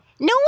No